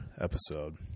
episode